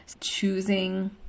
choosing